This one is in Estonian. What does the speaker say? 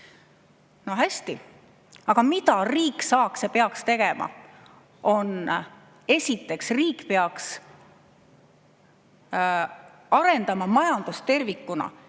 Hästi, aga mida riik saaks ja peaks tegema? Esiteks, riik peaks arendama majandust tervikuna,